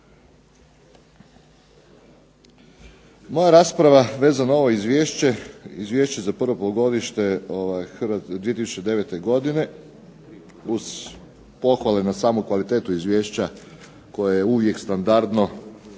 Moja rasprava vezano na ovo Izvješće, Izvješće za prvo polugodište 2009. godine uz pohvalu na samu kvalitetu izvješća koje je uvijek standardno,